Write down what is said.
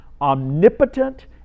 omnipotent